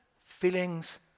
feelings